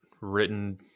written